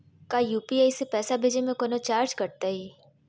का यू.पी.आई से पैसा भेजे में कौनो चार्ज कटतई?